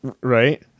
right